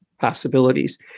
possibilities